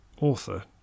Author